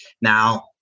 Now